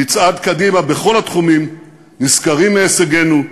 נצעד קדימה, בכל התחומים, נשכרים מהישגינו,